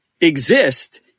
exist